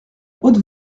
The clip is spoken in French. haute